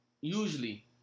usually